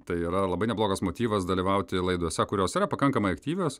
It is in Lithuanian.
tai yra labai neblogas motyvas dalyvauti laidose kurios yra pakankamai aktyvios